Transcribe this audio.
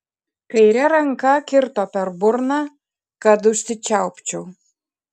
kaire ranka kirto per burną kad užsičiaupčiau